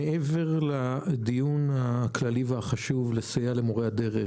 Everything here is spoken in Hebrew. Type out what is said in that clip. מעבר לדיון הכללי והחשוב לסייע למורי הדרך,